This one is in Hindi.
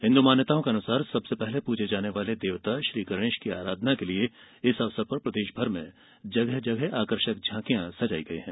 हिन्द् मान्यताओं के अनुसार सबसे पहले पूजे जाने वाले देवता श्री गणेश की आराधना के लिए इस अवसर पर प्रदेश भर में जगह जगह आकर्षक झांकियां सजाई गई हैं